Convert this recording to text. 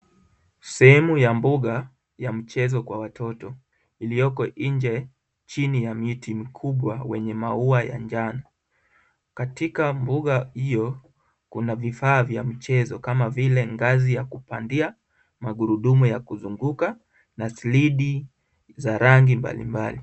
Sehemu ya mbuga ya mchezo kwa watoto. Iliyoko nje chini ya miti mikubwa wenye maua ya njano. Katika mbuga hiyo kuna vifaa vya mchezo kama vile ngazi ya kupandia, magurudumu ya kuzunguka, na silidi za rangi mbalimbali.